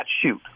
shoot